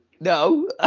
No